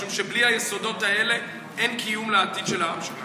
משום שבלי היסודות האלה אין קיום לעתיד של העם שלנו.